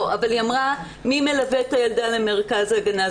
היא אמרה "מי מלווה את הילדה למרכז הגנה"?